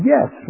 Yes